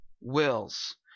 wills